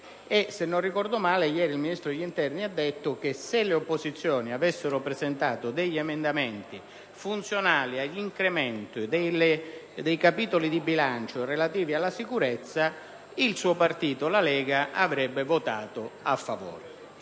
Se non ricordo male, ieri il Ministro dell'interno ha detto che se le opposizioni avessero presentato emendamenti funzionali all'incremento dei capitoli di bilancio relativi alla sicurezza, il suo partito, la Lega, avrebbe votato a favore.